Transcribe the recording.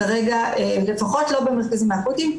לפחות לא במרכזים האקוטיים,